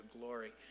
glory